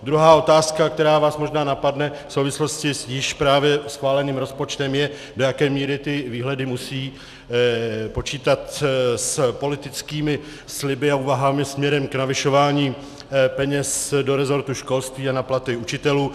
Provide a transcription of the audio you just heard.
Druhá otázka, která vás možná napadne v souvislosti s již právě schváleným rozpočtem, je, do jaké míry ty výhledy musí počítat s politickými sliby a úvahami směrem k navyšování peněz do resortu školství a na platy učitelů.